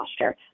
posture